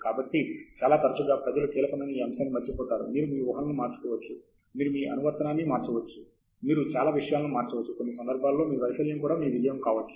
కాబట్టి చాలా తరచుగా ప్రజలు కీలకమైన ఈ అంశాన్ని మరచిపోతారు మీరు మీ ఊహలను మార్చుకోవచ్చు మీరు మీ అనువర్తనాన్ని మార్చవచ్చు మీరు చాలా విషయాలను మార్చవచ్చు కొన్ని సందర్భాలలో మీ వైఫల్యం కూడా మీ విజయము కావచ్చు